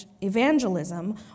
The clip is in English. evangelism